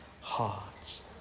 hearts